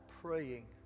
praying